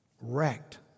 wrecked